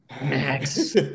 Max